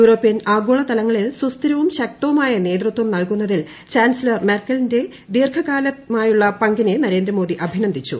European ആഗോള തലങ്ങളിൽ സുസ്ഥിരവും ശക്തവുമായ നേതൃത്വം നൽകുന്നതിൽ ചാൻസലർ മെർക്കലിന്റെ ദീർഘകാലമായുള്ള പങ്കിനെ നരേന്ദ്ര മോദി അഭിനന്ദിച്ചു